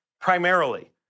primarily